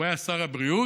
הוא היה שר הבריאות,